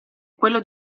quello